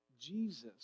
Jesus